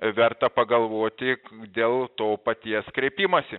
verta pagalvoti dėl to paties kreipimąsi